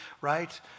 right